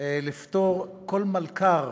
לפטור כל מלכ"ר